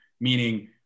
Meaning